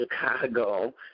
Chicago